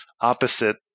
opposite